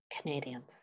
Canadians